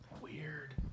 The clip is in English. Weird